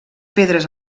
pedres